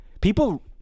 people